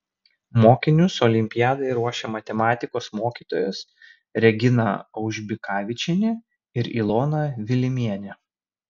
mokinius olimpiadai ruošė matematikos mokytojos regina aužbikavičienė ir ilona vilimienė